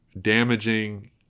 damaging